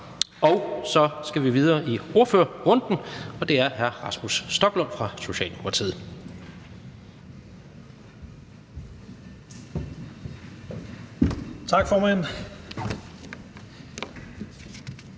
Så skal vi videre i ordførerrunden, og det er med hr. Rasmus Stoklund fra Socialdemokratiet. Kl.